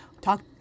talk